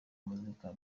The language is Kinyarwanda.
muzika